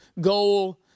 goal